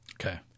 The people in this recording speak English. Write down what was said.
Okay